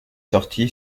sorti